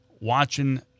watching